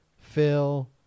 Phil